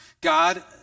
God